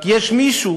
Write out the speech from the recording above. רק יש מישהו